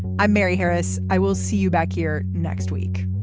i'm mary harris. i will see you back here next week